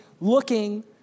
looking